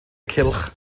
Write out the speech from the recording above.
cylch